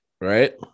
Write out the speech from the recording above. right